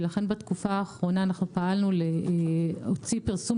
ולכן בתקופה האחרונה אנחנו פעלנו להוציא פרסום